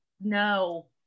no